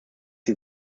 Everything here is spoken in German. die